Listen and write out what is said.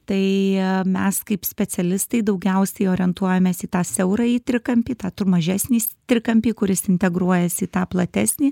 tai mes kaip specialistai daugiausiai orientuojamės į tą siaurąjį trikampį tą mažesnis trikampį kuris integruojasi į tą platesnį